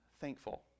thankful